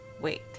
wait